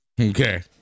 Okay